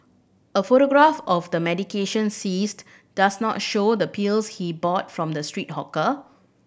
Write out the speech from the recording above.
a photograph of the medication seized does not show the pills he bought from the street hawker